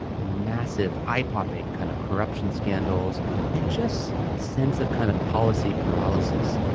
massive eye popping kind of corruption scandals and just a sense of kind of policy paralysis.